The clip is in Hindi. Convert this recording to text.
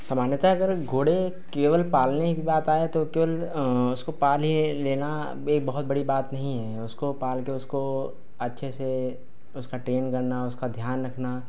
सामान्यतः अगर घोड़े केवल पालने की बात आए तो फिर केवल उसको पाल ही लेना एक बहुत बड़ी बात नहीं है उसको पाल के उसको अच्छे से उसका ट्रेन्ड करना उसका ध्यान रखना